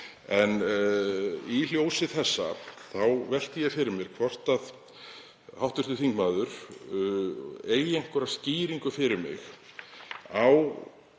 Í ljósi þessa velti ég fyrir mér hvort hv. þingmaður eigi einhverja skýringu fyrir mig á